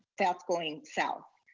that's going south.